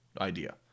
idea